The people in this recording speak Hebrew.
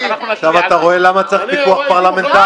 עכשיו אתה רואה למה צריך פיקוח פרלמנטרי?